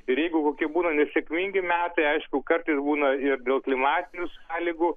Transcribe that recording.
ir jeigu kokie būna nesėkmingi metai aišku kartais būna ir dėl klimatinių sąlygų